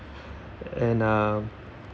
and uh